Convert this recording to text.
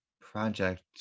Project